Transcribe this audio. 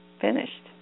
Finished